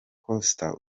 costa